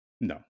No